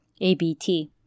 ABT